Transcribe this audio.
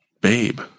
babe